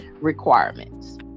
requirements